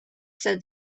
said